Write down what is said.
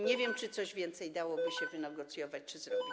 Nie wiem, czy coś więcej dałoby się wynegocjować, czy zrobić.